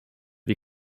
wir